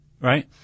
right